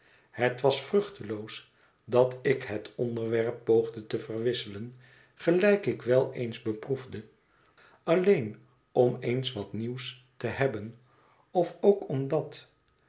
het was vruchteloos dat ik het onderwerp poogde te verwisselen gelijk ik wel eens beproefde alleen om eens wat nieuws te hebben of ook omdat